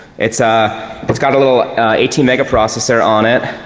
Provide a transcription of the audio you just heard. it's ah it's got a little eighteen meg processor on it,